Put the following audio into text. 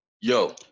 Yo